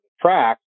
track